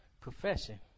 profession